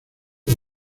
los